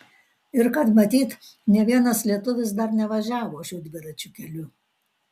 ir kad matyt nė vienas lietuvis dar nevažiavo šiuo dviračių keliu